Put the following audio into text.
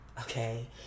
Okay